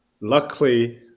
luckily